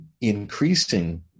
increasing